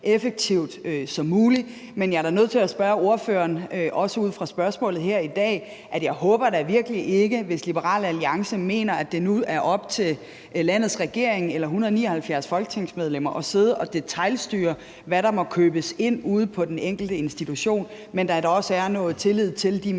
effektivt som muligt. Men jeg er da nødt til at spørge ordføreren om noget, også ud fra spørgsmålet her i dag. Jeg håber da virkelig ikke, at Liberal Alliance mener, at det nu er op til landets regering eller 179 folketingsmedlemmer at sidde og detailstyre, hvad der må købes ind ude på den enkelte institution. Jeg håber da, at der også er noget tillid til de